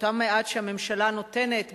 עד שהממשלה נותנת,